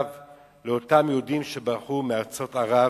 לאותם יהודים שברחו מארצות ערב,